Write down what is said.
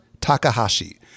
Takahashi